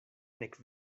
nek